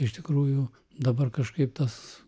iš tikrųjų dabar kažkaip tas